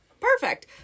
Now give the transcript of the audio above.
perfect